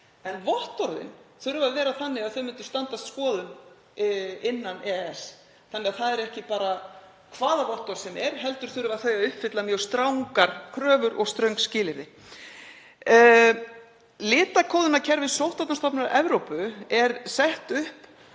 En vottorðin þurfa að vera þannig að þau myndu standast skoðun innan EES, þannig að það eru ekki bara hvaða vottorð sem er heldur þurfa þau að uppfylla mjög strangar kröfur og ströng skilyrði. Litakóðunarkerfi Sóttvarnastofnunar Evrópu er sett upp